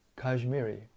Kashmiri